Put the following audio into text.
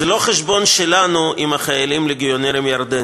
זה לא חשבון שלנו עם חיילים ליגיונרים ירדנים,